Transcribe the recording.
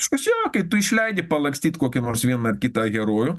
aišku čia kai tu išleidi palakstyt kokį nors vieną ar kitą herojų